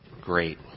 great